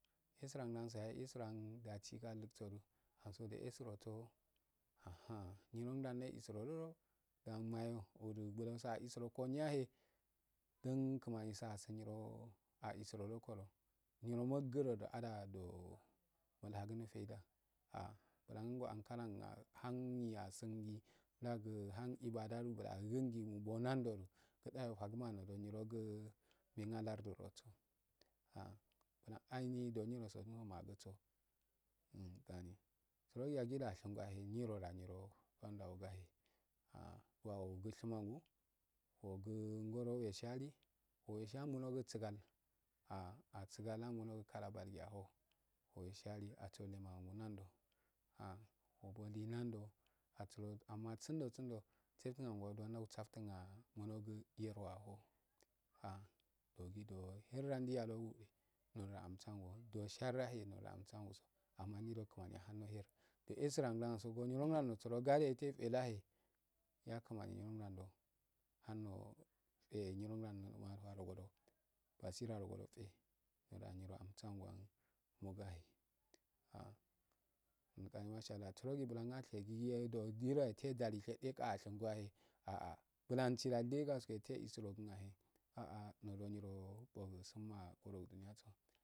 Psurngmsoe isurandasikal duso du de isurosodii ah nyirogan nde isuro rdodo nahye aysurokoniyahe dun kimaniso asunyiro alsu rogokodo nyiro nuggudo adaalwu nu hagun fada ah bula ngo ankalangua hanyi asungi dagu han ibadadonbha agugundi nubbo nandodu gudayo fagama nobonyirogo nenalardirdo so ah anganii do nyiroso ansomaluso ah ganni ndo gaggida ashinyin aa nyiro oga he ah dwagushirmulangu guguu ungoro nesilshi uwesey yunogu sigal ah sigal iangunogu kala balge aho uwesiyali asuro lemangu nando ahi lado linando asuru amma surdo sundo sefunagu nda saftun angunogu yerwa aho ah olidoo wir da nda gumogo amsuwangu do shar yahu ndo amsuwangu amma nyido kimaa hand gair dede sura ngaso suranso cunint galo etefare lahe yaloimani yiro nando handoe roasirarogodo kyee nyiro do anrwalangule noyache ah nganni mosha allah surogee bulan ashe yirodo yedashede ga ashingo yahe a bulan sida aa eteisurongunyahe aa nondnyiro wugu sunaa aja yifa nali.